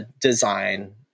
design